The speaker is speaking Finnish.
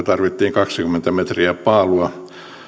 tarvittiin kaksikymmentä metriä paalua